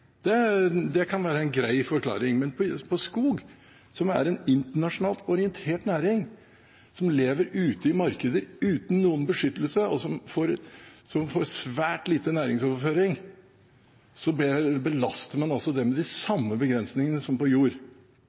verdier. Det kan være en grei forklaring. Men skogbruket, som er en internasjonalt orientert næring, som lever ute i markeder uten noen beskyttelse, og som får svært lite næringsoverføring, belaster man altså med de samme begrensningene som